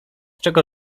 czego